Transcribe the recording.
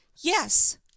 yes